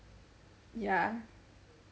ya